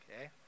Okay